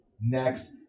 next